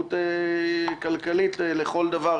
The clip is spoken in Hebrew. משמעות כלכלית לכל דבר.